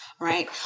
Right